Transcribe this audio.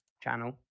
channel